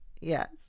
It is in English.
Yes